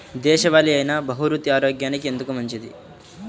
దేశవాలి అయినా బహ్రూతి ఆరోగ్యానికి ఎందుకు మంచిది?